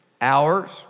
hours